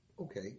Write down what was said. Okay